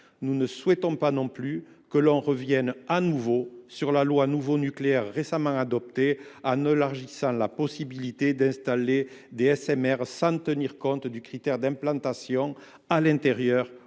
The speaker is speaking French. Nous ne souhaitons pas non plus que l’on revienne sur ladite loi, récemment adoptée, en élargissant la possibilité d’installer des SMR sans tenir compte du critère d’implantation à l’intérieur ou